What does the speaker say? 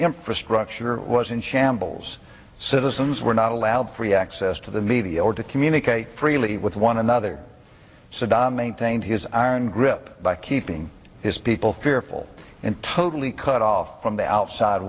infrastructure was in shambles citizens were not allowed free access to the media or to communicate freely with one another saddam maintained his iron grip by keeping his people fearful and totally cut off from the outside